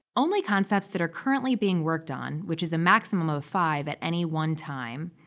only concepts that are currently being worked on, which is a maximum of five at any one time,